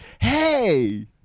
hey